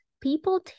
people